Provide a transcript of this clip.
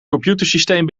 computersysteem